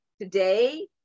Today